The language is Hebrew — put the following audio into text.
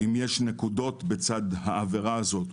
אם יש נקודות בצד העבירה הזאת,